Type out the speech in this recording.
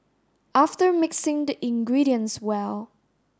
after mixing the ingredients well